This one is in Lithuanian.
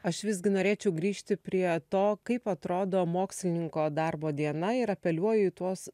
aš visgi norėčiau grįžti prie to kaip atrodo mokslininko darbo diena ir apeliuoju į tuos